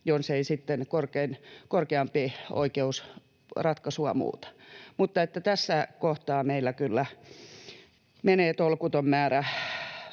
jos ei sitten korkeampi oikeus ratkaisua muuta. Tässä kohtaa meillä kyllä menee tolkuton määrä